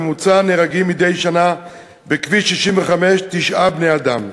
בממוצע נהרגים מדי שנה בכביש 65 תשעה בני-אדם.